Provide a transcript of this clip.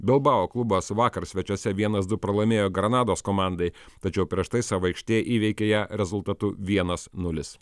bilbao klubas vakar svečiuose vienas du pralaimėjo granados komandai tačiau prieš tai savo aikštėj įveikė ją rezultatu vienas nulis